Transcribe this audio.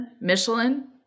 Michelin